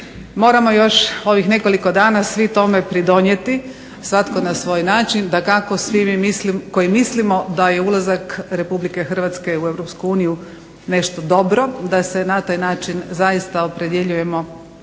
Moramo još ovih nekoliko dana svi tome pridonijeti, svatko na svoj način. Dakako svi mi koji mislimo da je ulazak RH u EU nešto dobro, da se na taj način zaista opredjeljujemo